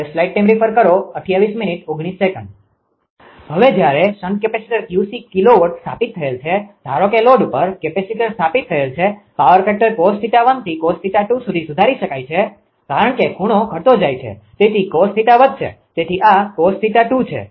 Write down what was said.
હવે જ્યારે shunt capacitor 𝑄𝐶 kilowatt સ્થાપિત થયેલ છે ધારો કે લોડ પર કેપેસિટર સ્થાપિત થયેલ છે પાવર ફેક્ટર cos𝜃1 થી cos𝜃2 સુધી સુધારી શકાય છે કારણ કે ખૂણો ઘટતો જાય છે તેથી cos𝜃 વધશે તેથી આ cos𝜃2 છે